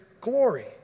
glory